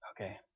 Okay